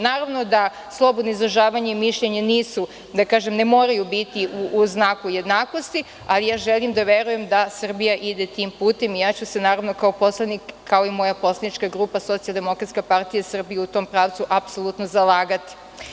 Naravno da slobodno izražavanje i mišljenja nisu, da kažem, ne moraju biti u znaku jednakosti, ali ja želim da verujem da Srbija ide tim putem i ja ću se naravno kao poslanik, kao i moja poslanička grupa Socijaldemokratska partija Srbije u apsolutno u tom pravcu zalagati.